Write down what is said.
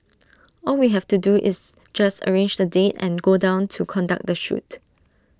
all we have to do is just arrange the date and go down to conduct the shoot